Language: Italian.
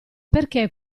perché